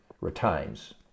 retains